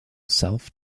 self